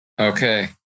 Okay